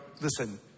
listen